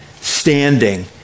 standing